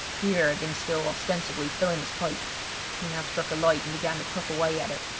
pierre had been still ostensibly filling his pipe he now struck a light and began to puff away at it.